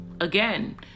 Again